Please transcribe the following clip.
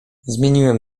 zmieniłem